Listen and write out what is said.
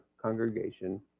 congregation